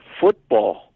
football